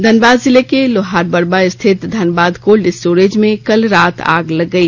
धनबाद जिले के लोहारबरवा स्थित धनबाद कोल्ड स्टोरेज में कल रात आग लग गई